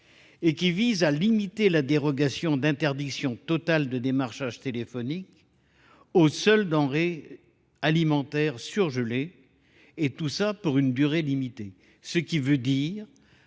et qui visent à limiter la dérogation d'interdiction totale de démarchage téléphonique aux seuls denrées alimentaires surgelées et tout ça pour une durée limitée, ce qui veut dire